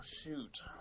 shoot